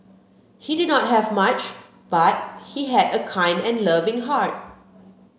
he did not have much but he had a kind and loving heart